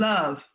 Love